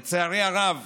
לצערי הרב